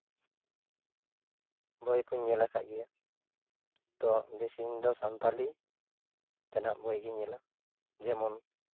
ᱵᱳᱭ ᱠᱩᱧ ᱧᱮᱞᱟᱠᱟᱫ ᱜᱮᱭᱟ ᱛᱚ ᱵᱮᱥᱤ ᱤᱧ ᱫᱚ ᱥᱟᱱᱛᱟᱲᱤ ᱛᱮᱱᱟᱜ ᱵᱳᱭ ᱜᱮᱧ ᱧᱮᱞᱟ ᱡᱮᱢᱚᱱ